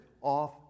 off